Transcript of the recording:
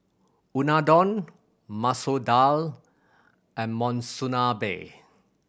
Unadon Masoor Dal and Monsunabe